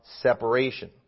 separation